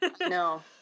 No